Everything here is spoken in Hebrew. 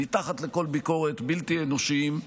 מתחת לכל ביקורת, בלתי אנושיים.